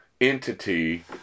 entity